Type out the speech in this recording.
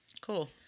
Cool